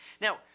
Now